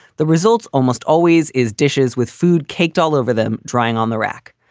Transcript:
the results almost always is dishes with food caked all over them, drying on the rack.